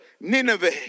Nineveh